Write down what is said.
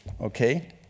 okay